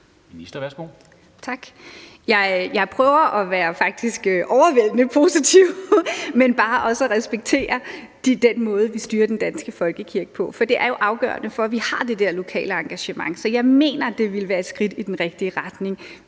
Mogensen): Tak. Jeg prøver faktisk at være overvældende positiv, men også bare at respektere den måde, vi styrer den danske folkekirke på. For det er jo afgørende for, at vi har det der lokale engagement. Så jeg mener, at det vil være et skridt i den rigtige retning,